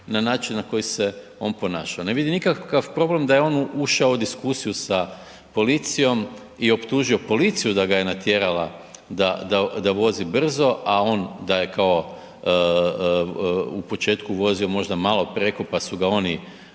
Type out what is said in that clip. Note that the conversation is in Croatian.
na način na koji se on ponaša, ne vidi nikakav problem da je on ušao u diskusiju sa policijom i optužio policiju da ga je natjerala da, da, da vozi brzo, a on da je kao u početku vozio možda malo preko, pa su ga oni